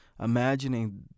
imagining